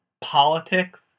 politics